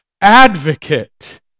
advocate